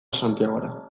santiagora